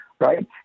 Right